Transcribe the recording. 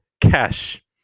Cash